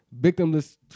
Victimless